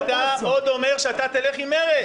ואתה עוד אומר שתלך עם מרצ.